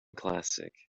classic